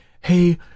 hey